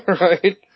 Right